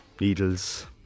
needles